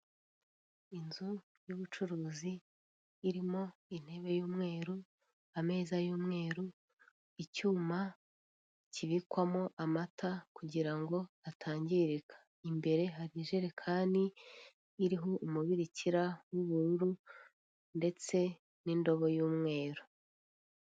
Inzu y'ubucuruzi irimo intebe y'umweru, ameza y'umweru, icyuma kibikwamo amata, kugira ngo atangirika, imbere hari ijerekani iriho umubirikira, w'ubururu ndetse n'indobo y'umweru.